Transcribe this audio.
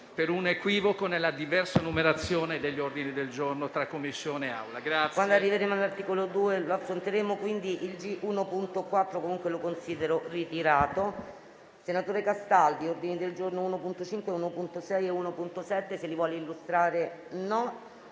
un equivoco nella diversa numerazione degli ordini del giorno tra la Commissione e